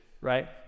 Right